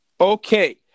Okay